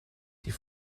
die